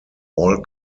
all